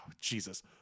Jesus